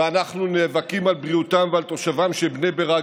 ואנחנו נאבקים על בריאותם ועל שלומם של תושבי בני ברק